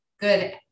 good